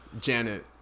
Janet